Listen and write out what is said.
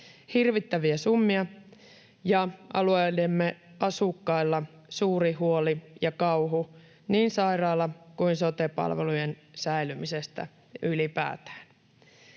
hirvittäviä summia. Alueidemme asukkailla on suuri huoli ja kauhu niin sairaala- kuin sote-palvelujen säilymisestä ylipäätään.